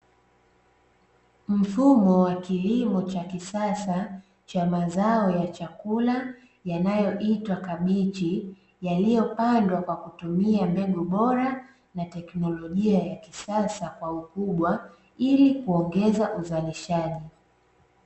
Mfumo wa kilimo cha kisasa cha mazao ya chakula yanayoitwa kabichi, yaliyopandwa kwa kutumia mbegu bora na teknolojia ya kisasa kwa ukubwa ili kuongeza uzalishaji.